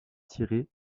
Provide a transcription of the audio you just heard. tirer